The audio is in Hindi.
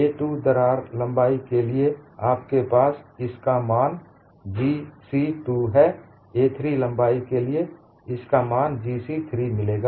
a 2 दरार लंबाई के लिए आपके पास इसका मान gc2 है a3 लंबाई के लिए आपको इसका मान gc3 मिलेगा